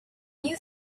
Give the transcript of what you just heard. you